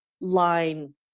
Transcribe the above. line